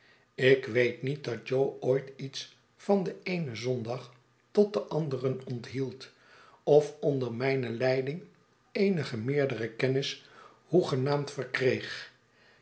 ik weet niet dat jo ooit iets van den eenen zondag tot den anderen onthield of onder mijne leiding eenige meerdere kennis hoegenaamd verkreeg